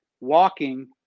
walking